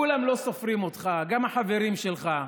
כולם לא סופרים אותך, גם החברים שלך.